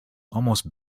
almost